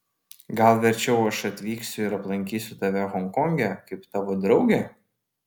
gal verčiau aš atvyksiu ir aplankysiu tave honkonge kaip tavo draugė